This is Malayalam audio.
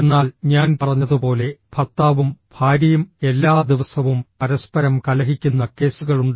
എന്നാൽ ഞാൻ പറഞ്ഞതുപോലെ ഭർത്താവും ഭാര്യയും എല്ലാ ദിവസവും പരസ്പരം കലഹിക്കുന്ന കേസുകളുണ്ട്